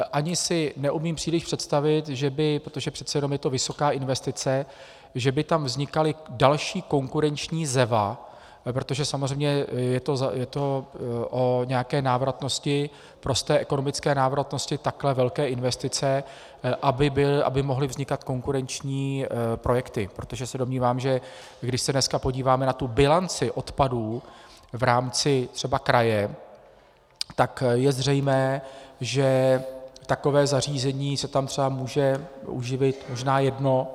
Ani si neumím příliš představit, že by, protože přece jenom je to vysoká investice, že by tam vznikaly další konkurenční ZEVA, protože samozřejmě je to o nějaké návratnosti, prosté ekonomické návratnosti takhle velké investice, aby mohly vznikat konkurenční projekty, protože se domnívám, že když se dneska podíváme na tu bilanci odpadů v rámci třeba kraje, tak je zřejmé, že takové zařízení se tam třeba může uživit možná jedno.